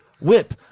Whip